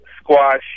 squash